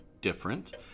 different